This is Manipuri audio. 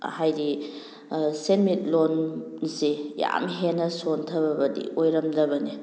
ꯍꯥꯏꯗꯤ ꯁꯦꯃꯤꯠꯂꯣꯟꯁꯦ ꯌꯥꯝ ꯍꯦꯟꯅ ꯁꯣꯟꯊꯕꯗꯤ ꯑꯣꯏꯔꯝꯗꯕꯅꯦ